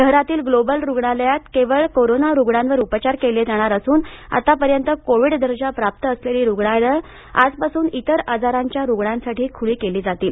शहरातील ग्लोबल रुग्णालयात केवळ करोना रुग्णांवर उपचार केले जाणार असून आतापर्यंत कोविड दर्जा प्राप्त असलेली रुग्णालयं आजपासून विर आजारांच्या रुग्णांसाठी खुली केली जातील